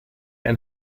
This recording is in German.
ein